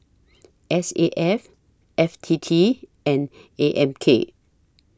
S A F F T T and A M K